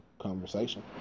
conversation